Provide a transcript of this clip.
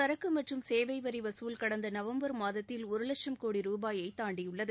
சரக்கு மற்றும் சேவை வரி வசூல் கடந்த நவம்பர் மாதத்தில் ஒரு வட்சம் கோடி ரூபாயை தாண்டியுள்ளது